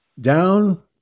Down